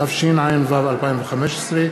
התשע"ו 2015,